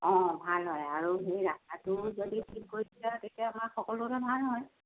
অঁ ভাল হয় আৰু সেই ৰাস্তাটোও যদি ঠিক কৰি দিয়ে তেতিয়া সকলোৰে ভাল হয়